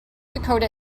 dakota